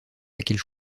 laquelle